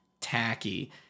tacky